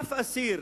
אף אסיר